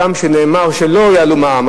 הגם שנאמר שלא יעלו את המע"מ,